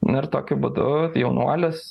na ir tokiu būdu jaunuolis